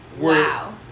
Wow